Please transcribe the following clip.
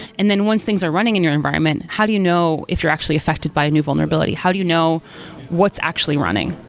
and then once things are running in your environment, how do you know if you're actually affected by a new vulnerability? how do you know what's actually running?